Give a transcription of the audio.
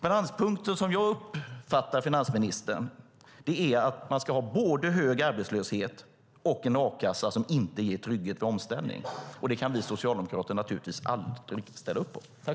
Balanspunkten, som jag uppfattar finansministern, är att man ska ha både hög arbetslöshet och en a-kassa som inte ger trygghet vid omställning. Det kan vi socialdemokrater naturligtvis aldrig ställa upp på.